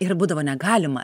ir būdavo negalima